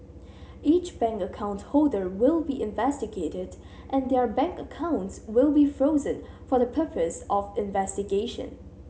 each bank account holder will be investigated and their bank accounts will be frozen for the purpose of investigation